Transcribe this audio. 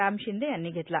राम शिंदे यांनी घेतला